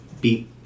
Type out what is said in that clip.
beep